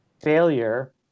failure